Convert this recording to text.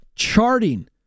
charting